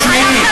תשמעי,